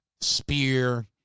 Spear